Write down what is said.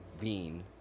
bean